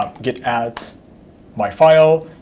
um git add my file,